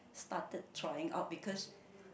started trying out because